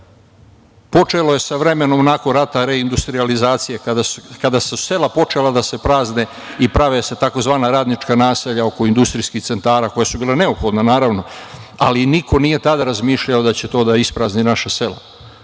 Počelo je sa vremenom nakon rata reindustrijalizacije, kada su sela počela da se prazne i prave se tzv. radnička naselja oko industrijskih centara, koja su bile neophodna, naravno, ali niko nije tada razmišljao da će to da isprazni naša